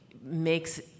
makes